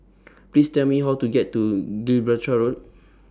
Please Tell Me How to get to Gibraltar Road